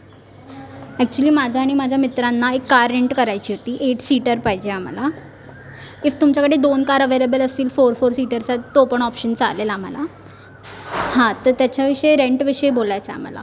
actually माझा आणि माझ्या मित्रांना एक कार रेंट करायची होती एट सीटर पाहिजे आम्हाला ईफ तुमच्याकडे दोन कार अवेलेबल असतील फोर फोर सीटर तर तो पण ऑप्शन चालेल आम्हाला हां तर त्याच्याविषयी रेंटविषयी बोलायचं आहे आम्हाला